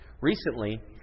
Recently